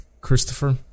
Christopher